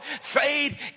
fade